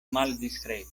maldiskreta